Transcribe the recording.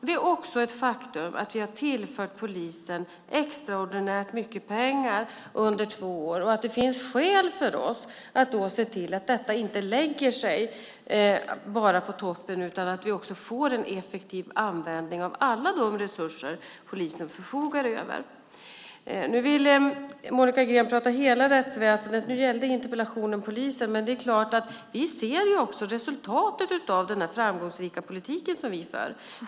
Det är också ett faktum att vi har tillfört polisen extraordinärt mycket pengar under två år och att det finns skäl för oss att se till att detta inte bara lägger sig på toppen utan att vi också får en effektiv användning av alla de resurser polisen förfogar över. Nu vill Monica Green prata om hela rättsväsendet. Interpellationen gällde polisen, men det är klart att vi ser resultaten av den framgångsrika politik som vi för.